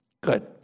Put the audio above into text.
Good